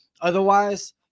Otherwise